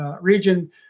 region